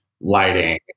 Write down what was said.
lighting